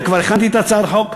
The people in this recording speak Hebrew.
וכבר הכנתי את הצעת החוק,